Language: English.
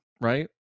right